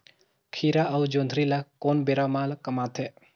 खीरा अउ जोंदरी ल कोन बेरा म कमाथे?